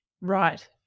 Right